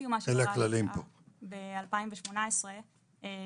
השעה ב-2018,